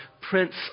Prince